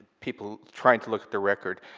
people trying to look at the record,